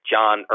John